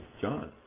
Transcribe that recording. John